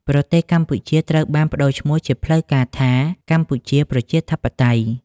ប្រទេសកម្ពុជាត្រូវបាន ប្តូរឈ្មោះជាផ្លូវការថា កម្ពុជាប្រជាធិបតេយ្យ។